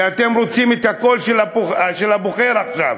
כי אתם רוצים את הקול של הבוחר עכשיו,